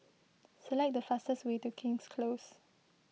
select the fastest way to King's Close